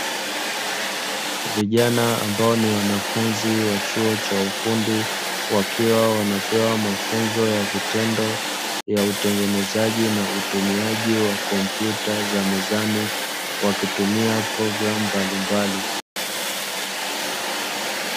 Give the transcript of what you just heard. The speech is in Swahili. Vijana ambao ni wanafunzi wa chuo cha ufundi, wakiwa wanapewa mafunzo ya vitendo ya utengenezaji na utumiaji wa kompyuta za mezani, wakitumia programu mbalimbali.